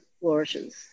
flourishes